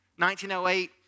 1908